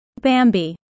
Bambi